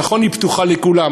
נכון שכל תוכנית פתוחה לכולם,